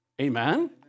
Amen